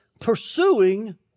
pursuing